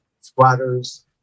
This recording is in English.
squatters